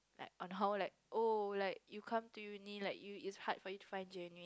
like on how like oh like you come to uni like you it's hard for you to find genuine